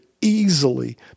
easily